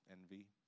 envy